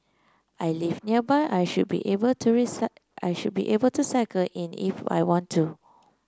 I live nearby I should be able to I should be able to cycle in if I want to